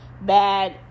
bad